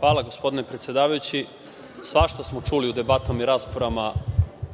Hvala, gospodine predsedavajući. Svašta smo čuli u debatama i raspravama